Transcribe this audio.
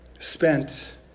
Spent